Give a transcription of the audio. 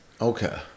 Okay